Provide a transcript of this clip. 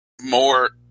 more